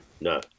No